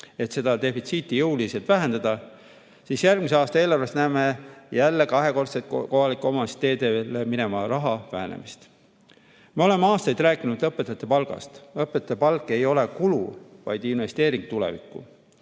et seda defitsiiti jõuliselt vähendada, siis järgmise aasta eelarves näeme jälle kahekordset kohalike omavalitsuste teedele mineva raha vähenemist. Me oleme aastaid rääkinud õpetajate palgast. Õpetajate palk ei ole kulu, vaid investeering tulevikku.